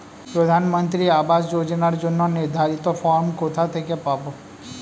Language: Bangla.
প্রধানমন্ত্রী আবাস যোজনার জন্য নির্ধারিত ফরম কোথা থেকে পাব?